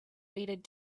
weighted